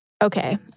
Okay